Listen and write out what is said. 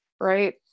right